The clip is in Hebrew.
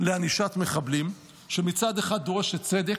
לענישת מחבלים, שמצד אחד דורשת צדק,